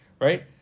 right